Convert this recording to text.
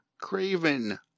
Craven